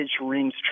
rings